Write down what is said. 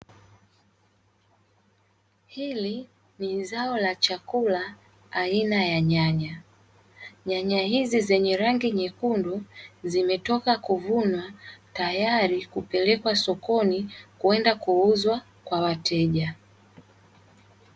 Hili ni zao la chakula aina ya nyanya. Nyanya hizi zenye rangi nyekundu zimetoka kuvunwa tayari kupelekwa sokoni kwenda kuuzwa kwa wateja.